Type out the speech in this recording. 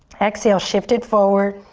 exhale, shift it forward,